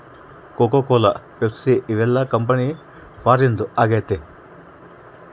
cocoa cola Pepsi ಇವೆಲ್ಲ company ಫಾರಿನ್ದು ಆಗೈತೆ